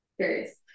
Curious